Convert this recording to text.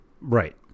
right